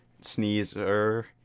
sneezer